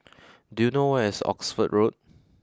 do you know where is Oxford Road